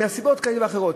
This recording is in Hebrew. מסיבות כאלה ואחרות,